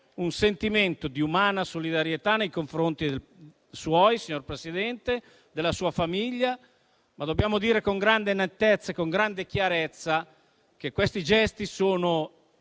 un sentimento di umana solidarietà nei confronti suoi e della sua famiglia. Ma dobbiamo dire con grande nettezza e chiarezza che questi gesti sono